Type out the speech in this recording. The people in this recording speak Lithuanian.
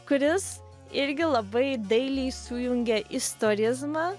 kuris irgi labai dailiai sujungia istorizmą